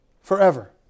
Forever